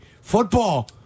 Football